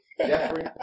Jeffrey